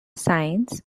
science